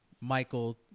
Michael